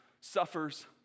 suffers